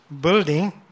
building